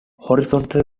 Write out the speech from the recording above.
horizontal